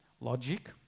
logic